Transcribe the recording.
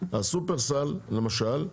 שופרסל למשל,